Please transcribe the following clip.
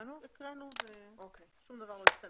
הקראנו ושום דבר לא השתנה.